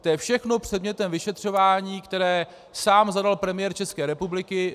To je všechno předmětem vyšetřování, které sám zadal premiér České republiky.